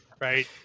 right